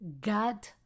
God